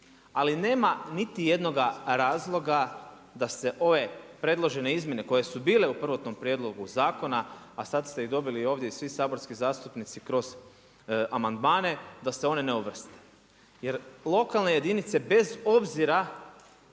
Ali nema niti jednoga razloga se ove predložene izmjene koje su bile u prvotnom prijedlogu zakona, a sada ste ih dobili ovdje i svi saborski zastupnici kroz amandmane da se one ne uvrste, jer lokalne jedinice bez obzira